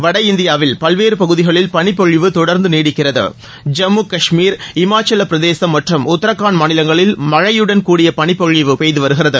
வட இந்தியாவில் பல்வேறு பகுதிகளில் பனிப்பொழிவு தொடர்ந்து நீடிக்கிறது ஜம்மு காஷ்மீர் இமாச்சலப்பிரதேசம் மற்றும் உத்தரகாண்ட் மாநிலங்களில் மழையுடன் கூடிய பளிப்பொழிவு பெய்து வருகிறது